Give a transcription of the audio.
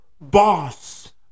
BOSS